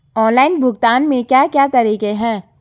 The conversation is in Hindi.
ऑनलाइन भुगतान के क्या क्या तरीके हैं?